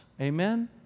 Amen